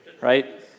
Right